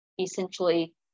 essentially